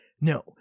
No